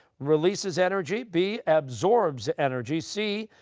releases energy, b, absorbs energy, c,